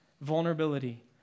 vulnerability